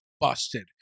busted